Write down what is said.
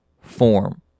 form